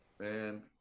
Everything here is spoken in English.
Man